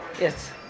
Yes